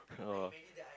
oh